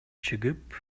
чыгып